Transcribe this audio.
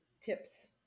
tips